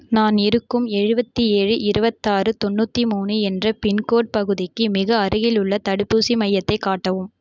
நான் இருக்கும் எழுபத்தி ஏழு இருபத்தாறு தொண்ணூற்றி மூணு என்ற பின்கோடு பகுதிக்கு மிக அருகிலுள்ள தடுப்பூசி மையத்தை காட்டவும்